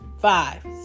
five